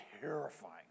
terrifying